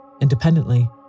independently